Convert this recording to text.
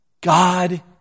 God